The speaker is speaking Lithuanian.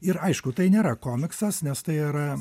ir aišku tai nėra komiksas nes tai yra